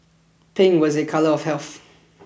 pink was a color of health